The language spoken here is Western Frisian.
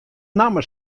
namme